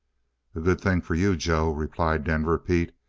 a good thing for you, joe, replied denver pete.